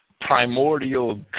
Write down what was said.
primordial